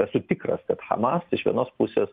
esu tikras kad hamas iš vienos pusės